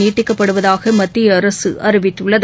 நீட்டிக்கப்படுவதாக மத்திய அரசு அறிவித்துள்ளது